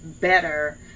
better